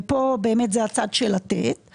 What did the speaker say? ופה זה באמת הצד של לתת,